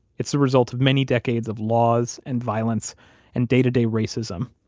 it's the result of many decades of laws and violence and day-to-day racism.